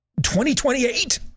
2028